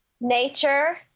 nature